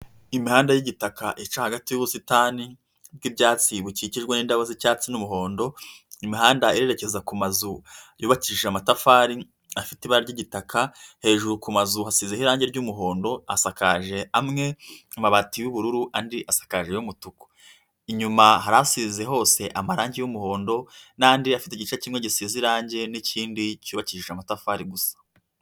Imihanda y'igitaka ica hagati y'ubusitani bw'ibyatsi bukiki n'indabo z'icyatsi n'umuhondo, imihanda irererekeza ku mazu yubakishije amatafari, afite ibara ry'igitaka, hejuru ku mazu hasize irangi ry'umuhondo, hasakaje amwe ku mabati y'ubururu andi asakaje y'umutuku, inyuma hasize hose amarangi y'umuhondo n'andi afite igice kimwe gisize irangi n'ikindi cyubakishije amatafari gusa.